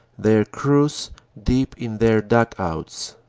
their crews deep in their dug-outs.